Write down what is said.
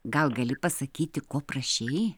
gal gali pasakyti ko prašei